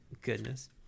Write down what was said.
goodness